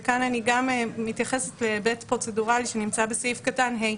וכאן אני גם מתייחסת להיבט פרוצדורלי שנמצא בסעיף קטן (ה)